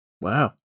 wow